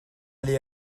aller